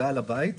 הגעה לבית.